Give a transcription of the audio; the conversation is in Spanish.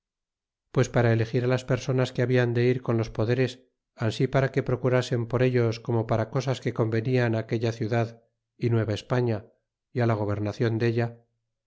pues para elegir á las personas que habian de ir con los poderes ansi para que procurasen por ellos como para cosas que convenian aquella ciudad y nueva españa y la gobernacion della